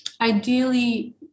Ideally